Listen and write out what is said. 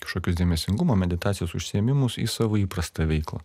kažkokius dėmesingumo meditacijos užsiėmimus į savo įprastą veiklą